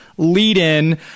Lead-in